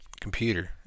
computer